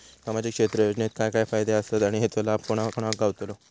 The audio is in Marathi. सामजिक क्षेत्र योजनेत काय काय फायदे आसत आणि हेचो लाभ कोणा कोणाक गावतलो?